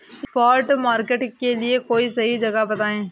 spot market के लिए कोई सही जगह बताएं